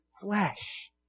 flesh